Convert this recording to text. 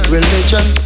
Religion